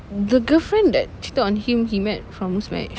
the girlfriend that cheated on him he met from Muzmatch